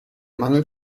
mangel